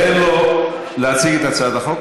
תן לו להציג את הצעת החוק,